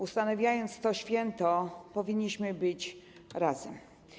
Ustanawiając to święto, powinniśmy być razem.